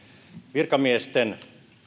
virkamiesten